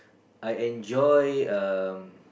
I enjoy um